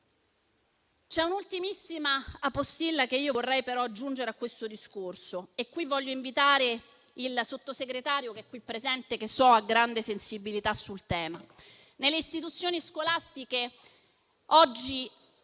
C'è un'ultimissima postilla che vorrei aggiungere a questo discorso, e al riguardo voglio citare il Sottosegretario qui presente, che so avere grande sensibilità sul tema. Nelle istituzioni scolastiche oggi